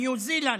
ניו זילנד,